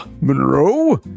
Monroe